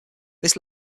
this